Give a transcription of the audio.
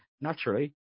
Naturally